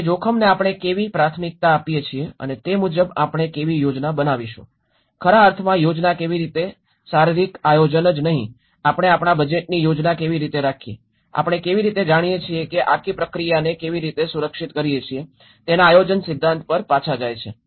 તે જોખમને આપણે કેવી પ્રાથમિકતા આપીએ છીએ અને તે મુજબ આપણે કેવી યોજના બનાવીશું ખરા અર્થમાં યોજના કેવી રીતે શારીરિક આયોજન જ નહીં આપણે આપણા બજેટની યોજના કેવી રીતે રાખીએ આપણે કેવી રીતે જાણીએ છીએ તે આખી પ્રક્રિયાને કેવી રીતે સુરક્ષિત કરીએ છીએ તેના આયોજન સિદ્ધાંતો પર પાછા જાય છે